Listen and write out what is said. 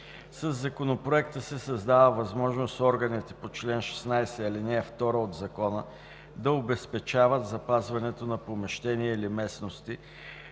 Със Законопроекта се създава възможност органите по чл. 16, ал. 2 от Закона да обезпечават запазването на помещения или местности